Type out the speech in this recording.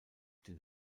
den